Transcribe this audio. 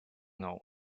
now